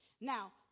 Now